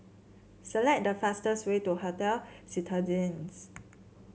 select the fastest way to Hotel Citadines